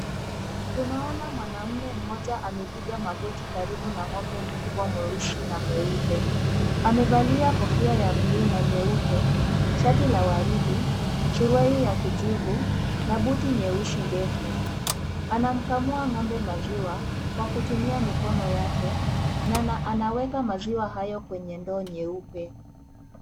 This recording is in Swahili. Tunaona mwanamume mmoja amepiga magoti karibu na ng'ombe mkubwa mweusi na mweupe. Amevalia kofia ya buluu na nyeupe, shati la waridi, suruali ya kijivu na buti nyeusi ndefu. Anamkamua ng'ombe maziwa kwa kutumia mikono yake na anaweka maziwa hayo kwenye ndoo nyeupe.